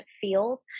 field